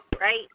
right